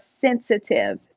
sensitive